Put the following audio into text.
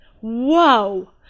Whoa